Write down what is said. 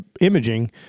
imaging –